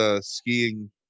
skiing